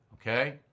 Okay